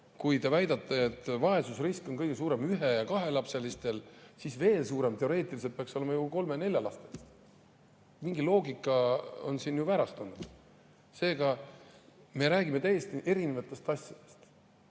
Kui te väidate, et vaesusrisk on kõige suurem ühe‑ ja kahelapselistel, siis veel suurem peaks see teoreetiliselt võttes olema kolme‑ ja neljalapselistel [peredel]. Mingi loogika on siin ju väärastunud. Seega me räägime täiesti erinevatest asjadest.